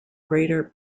greater